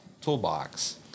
toolbox